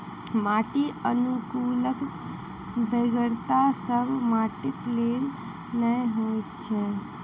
माटि अनुकुलकक बेगरता सभ माटिक लेल नै होइत छै